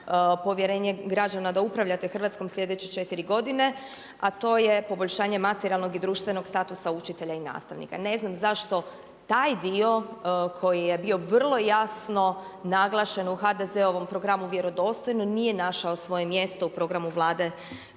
povjerenje građana da upravljate Hrvatskom slijedeće 4 godine, a to je poboljšanje materijalnog i društvenog statusa učitelja i nastavnika. Ne znam zašto taj dio koji je bio vrlo jasno naglašen u HDZ-ovom programu vjerodostojnosti nije našao svoje mjesto u programu Vlade RH.